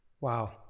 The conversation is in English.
Wow